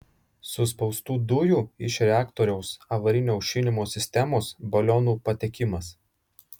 suspaustų dujų iš reaktoriaus avarinio aušinimo sistemos balionų patekimas